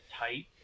tight